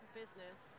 business